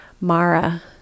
Mara